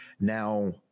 Now